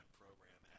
program